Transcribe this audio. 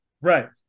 Right